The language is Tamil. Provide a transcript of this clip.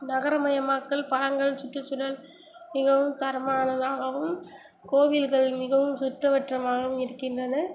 நகரமயமாக்கல் சுற்றுச்சூழல் மிகவும் தரமானதாகவும் கோவில்கள் மிகவும் சுத்தபத்தமாகவும் இருக்கின்றன